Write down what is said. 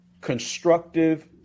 constructive